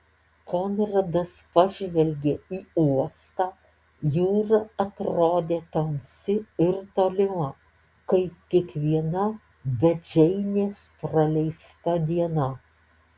konradas pažvelgė į uostą jūra atrodė tamsi ir tolima kaip kiekviena be džeinės praleista diena